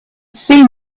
seen